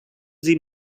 sie